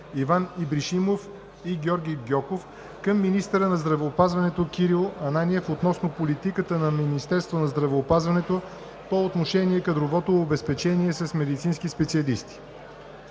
Иван Ибришимов и Георги Гьоков към министъра на здравеопазването Кирил Ананиев относно политиката на Министерството на здравеопазването по отношение на кадровото обезпечение с медицински специалисти.